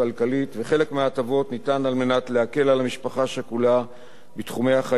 וחלק מההטבות ניתן כדי להקל על המשפחה השכולה בתחומי חיים שונים,